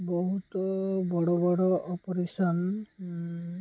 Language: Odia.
ବହୁତ ବଡ଼ ବଡ଼ ଅପରେସନ୍